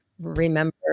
remember